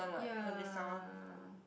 ya